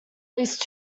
least